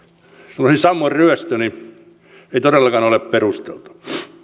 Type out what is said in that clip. sanoisin sammon ryöstö ei todellakaan ole perusteltua